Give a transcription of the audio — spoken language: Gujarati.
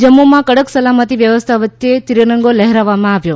જમ્મુમાં કડક સલામતી વ્યવસ્થા વચ્ચે ત્રિરંગો લહેરાવવામાં આવ્યો